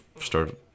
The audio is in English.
started